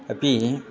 अपि